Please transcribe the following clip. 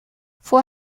voor